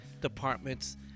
departments